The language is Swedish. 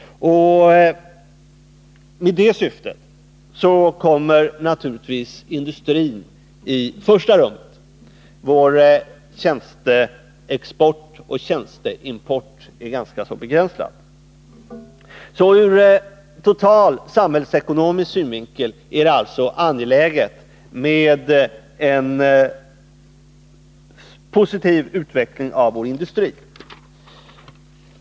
Och med det syftet kommer naturligtvis industrin i första rummet — vår tjänsteexport och tjänsteimport är ganska begränsad. Ur total samhällsekonomisk synvinkel är det alltså angeläget med en positiv utveckling av vår industri.